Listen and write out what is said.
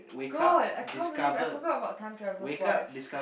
god I can't believe I forgot about time travel's wife